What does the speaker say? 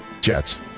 Jets